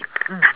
mm